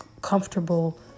comfortable